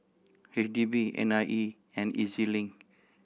H D B N I E and E Z Link